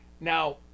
Now